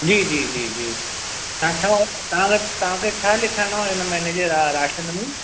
जी जी जी जी तव्हां छा तव्हांखे तव्हांखे छा लिखाइणो आहे हिन महीने जे राशन में